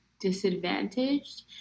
disadvantaged